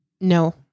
No